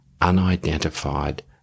unidentified